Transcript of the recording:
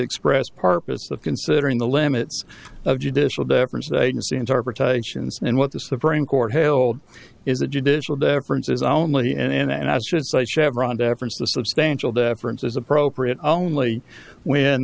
express purpose of considering the limits of judicial deference the agency interpretations and what the supreme court held is a judicial deference is only and in and i should say chevron deference to substantial deference is appropriate only when